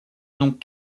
dont